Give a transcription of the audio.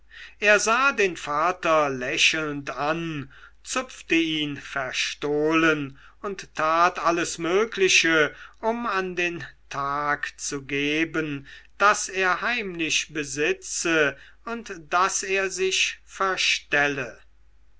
er sah den vater lächelnd an zupfte ihn verstohlen und tat alles mögliche um an den tag zu geben daß er heimlich besitze und daß er sich verstelle